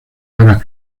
para